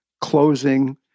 closing